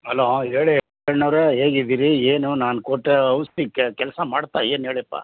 hello ಹೇಳಿ ಈರಣ್ಣವರೆ ಹೇಗಿದ್ದೀರಿ ಏನು ನಾನು ಕೊಟ್ಟ ಔಷ್ಧಿ ಕೆಲಸ ಮಾಡ್ತಾ ಏನು ಹೇಳಿಪ್ಪ